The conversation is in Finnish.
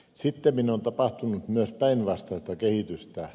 sittemmin on tapahtunut myös päinvastaista kehitystä